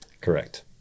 Correct